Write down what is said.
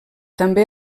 també